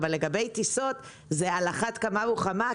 אבל לגבי טיסות זה על אחת כמה וכמה,